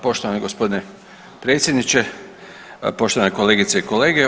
Poštovani gospodine predsjedniče, poštovane kolegice i kolege.